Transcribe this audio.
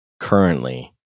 currently